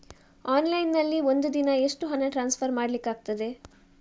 Online ನಲ್ಲಿ ಒಂದು ದಿನ ಎಷ್ಟು ಹಣ ಟ್ರಾನ್ಸ್ಫರ್ ಮಾಡ್ಲಿಕ್ಕಾಗ್ತದೆ?